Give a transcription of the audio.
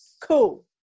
Cool